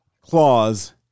clause